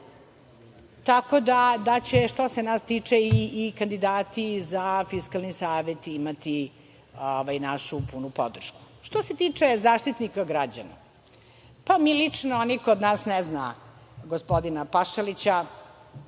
tako da će, što se nas tiče, i kandidati za Fiskalni savet imati našu punu podršku. Što se tiče Zaštitnika građana, lično niko od nas ne zna gospodina Pašalića.